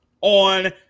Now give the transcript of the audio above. On